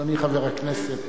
אדוני חבר הכנסת,